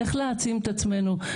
איך להעצים את עצמנו.